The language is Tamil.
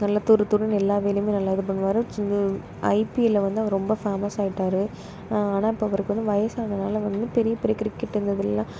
நல்லா துருதுருன்னு எல்லா வேலையுமே நல்லா இது பண்ணுவார் ஐபிஎல்ல வந்து அவர் ரொம்ப ஃபேமஸ் ஆகிட்டாரு ஆனால் இப்போ அவருக்கு வந்து வயசானதுனால வந்து பெரிய பெரிய கிரிக்கெட் இந்த இதுலலாம்